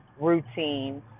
routine